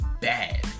bad